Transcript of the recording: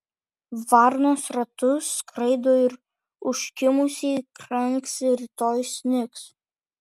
varnos ratu skraido ir užkimusiai kranksi rytoj snigs